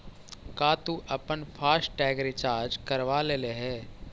का तु अपन फास्ट टैग रिचार्ज करवा लेले हे?